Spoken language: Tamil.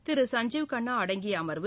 திரு சஞ்ஜீவ் கன்னா அடங்கிய அம்வு